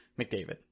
McDavid